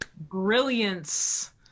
brilliance